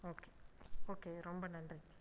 okay okay ரொம்ப நன்றி